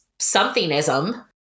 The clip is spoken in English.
somethingism